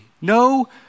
no